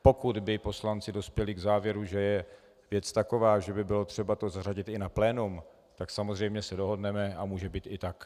Pokud by poslanci dospěli k závěru, že je věc taková, že by to bylo třeba zařadit i na plénum, tak se samozřejmě dohodneme a může to být i tak.